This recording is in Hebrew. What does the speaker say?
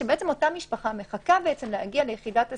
שאותה משפחה מחכה להגיע ליחידת הסיוע,